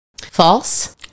False